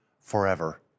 forever